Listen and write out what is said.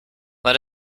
let